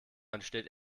entsteht